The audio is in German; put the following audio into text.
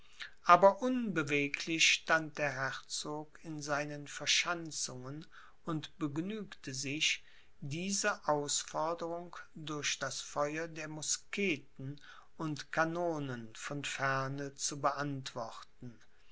aber unbeweglich stand der herzog in seinen verschanzungen und begnügte sich diese ausforderung durch das feuer der musketen und kanonen von ferne zu beantworten